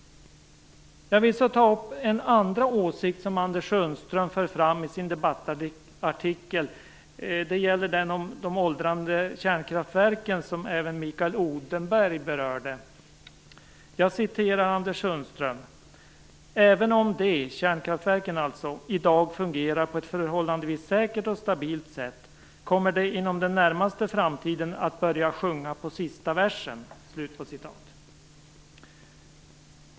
Jag vill så ta upp en andra åsikt som Anders Sundström för fram i sin debattartikel. Det gäller de åldrande kärnkraftverken, som även Mikael Odenberg berörde. Jag citerar Anders Sundström: "Även om de i dag fungerar på ett förhållandevis säkert och stabilt sätt kommer de inom den närmaste framtiden att börja sjunga på sista versen."